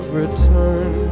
return